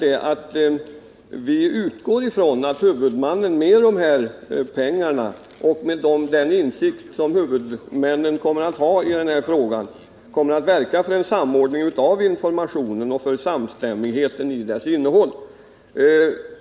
Vi utgår därför från att huvudmännen med de pengar som de får till sitt förfogande och med den insikt som de har kommer att verka för en samordning av informationen och för samstämmighet i dess innehåll.